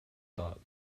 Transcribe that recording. thought